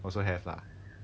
also have lah